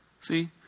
See